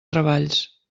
treballs